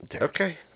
Okay